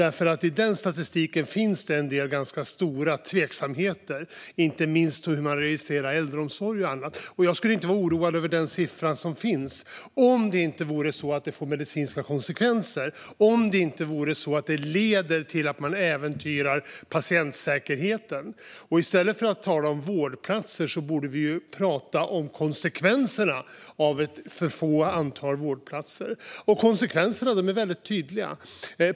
I den statistiken finns det en del ganska stora tveksamheter, inte minst hur man registrerar äldreomsorg och annat. Jag skulle inte vara oroad över den siffra som finns om det inte vore så att det får medicinska konsekvenser och om det inte vore så att det leder till att man äventyrar patientsäkerheten. I stället för att tala om vårdplatser borde vi tala om konsekvenserna av ett för litet antal vårdplatser. Konsekvenserna är väldigt tydliga.